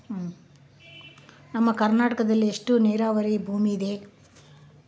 ನಮ್ಮ ಕರ್ನಾಟಕದಲ್ಲಿ ಎಷ್ಟು ನೇರಾವರಿ ಭೂಮಿ ಇದೆ?